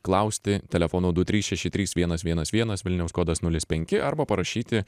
klausti telefonu du trys šeši trys vienas vienas vienas vilniaus kodas nulis penki arba parašyti